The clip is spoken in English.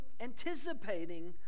anticipating